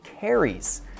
carries